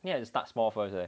need to start small first eh